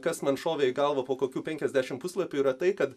kas man šovė į galvą po kokių penkiasdešimt puslapių yra tai kad